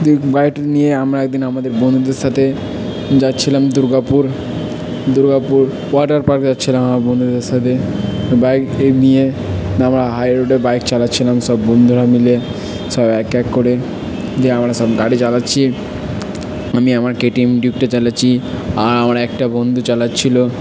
Duke বাইকটি নিয়ে আমরা এক দিন আমাদের বন্ধুদের সাতে যাচ্ছিলাম দুর্গাপুর দুর্গাপুর ওয়াটার পার্ক যাচ্ছিলাম আমার বন্ধুদের সাথে বাইকে নিয়ে আমরা হাই রোডে বাইক চালাচ্ছিলাম সব বন্ধুরা মিলে সব এক এক করে দিয়ে আমরা সব গাড়ি চালাচ্ছি আমি আমার কেটিএম ডিউকটা চালাচ্ছি আর আমার একটা বন্ধু চালাচ্ছিলো